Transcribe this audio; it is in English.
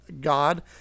god